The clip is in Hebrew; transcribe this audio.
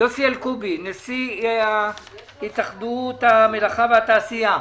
יוסי אלקובי, נשיא התאחדות המלאכה והתעשייה.